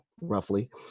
roughly